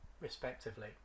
respectively